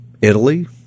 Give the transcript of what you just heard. Italy